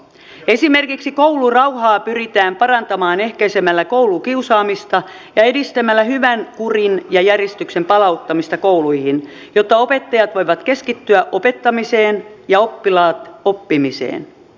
esimerkiksi koulurauhaa pyritään parantamaan ehkäisemällä koulukiusaamista ja edistämällä hyvän kurin ja järjestyksen palauttamista kouluihin jotta opettajat voivat keskittyä opettamiseen ja oppilaat oppimiseen